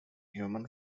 human